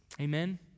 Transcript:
Amen